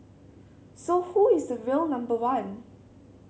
so who is the real number one